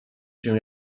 się